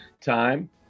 time